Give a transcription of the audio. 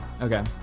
Okay